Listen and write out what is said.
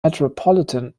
metropolitan